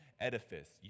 Edifice